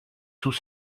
sous